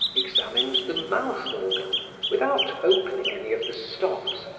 examined the mouth organ without opening any of the stops,